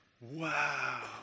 Wow